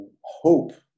hope